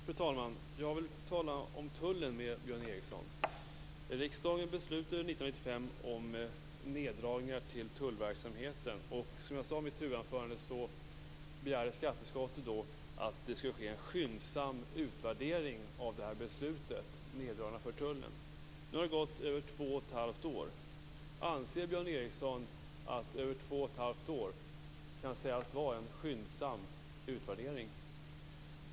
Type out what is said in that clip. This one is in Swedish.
Fru talman! Jag vill tala om tullen med Björn Riksdagen beslutade 1995 om neddragningar på tullverksamheten. Som jag sade i mitt huvudanförande begärde skatteutskottet då att det skulle ske en skyndsam utvärdering av beslutet om neddragningar för tullen. Nu har det gått över två och ett halvt år. Anser Björn Ericson att en utvärdering som tar över två och ett halvt år kan sägas ha skett skyndsamt?